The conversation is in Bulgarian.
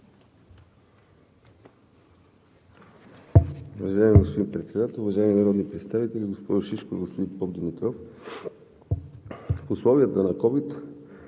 Ви, господин Председател. Уважаеми народни представители, госпожо Шишкова, господин Попдимитров! В условията на COVID-19